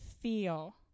feel